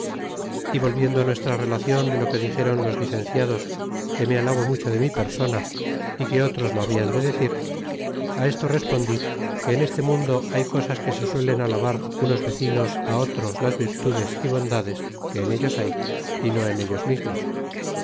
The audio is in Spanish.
y volviendo nuestra relacion de lo que dixéron los licenciados que me alabo mucho de mi persona y que otros lo hablan de decir á esto respondí que en este mundo hay cosas que se suelen alabar unos vecinos otros las virtudes y bondades que en ellos hay y no ellos mesmos